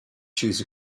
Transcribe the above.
choose